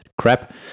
crap